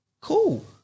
cool